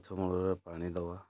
ଗଛ ମୂଳରେ ପାଣି ଦେବା